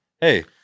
hey